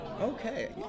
Okay